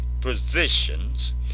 positions